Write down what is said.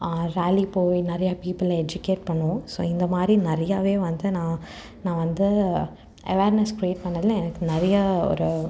ராலி போய் நிறையா people educate பண்ணுவோம் ஸோ இந்த மாதிரி நிறையாவே வந்து நான் நான் வந்து அவேர்னஸ் க்ரியேட் பண்ணதில் எனக்கு நிறையா ஒரு